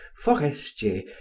forestier